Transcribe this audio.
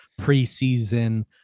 preseason